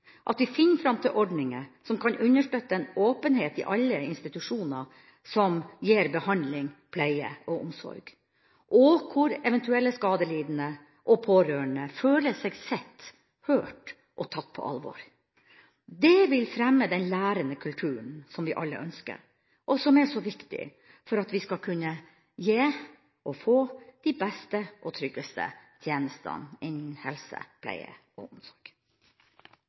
at vi finner fram til ordninger som kan understøtte en åpenhet i alle institusjoner som gir behandling, pleie og omsorg, og hvor eventuelle skadelidende og pårørende føler seg sett, hørt og tatt på alvor. Det vil fremme den lærende kulturen som vi alle ønsker, og som er så viktig for at vi skal kunne gi – og få – de beste og tryggeste tjenestene innen helse, pleie og omsorg.